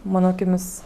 mano akimis